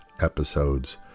episodes